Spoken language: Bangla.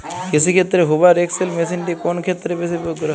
কৃষিক্ষেত্রে হুভার এক্স.এল মেশিনটি কোন ক্ষেত্রে বেশি প্রয়োগ করা হয়?